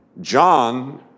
John